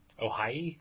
Ohio